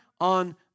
on